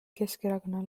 keskerakonna